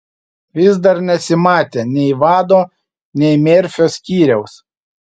vis dar nesimatė nei vado nei merfio skyriaus